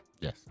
Yes